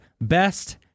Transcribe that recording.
Best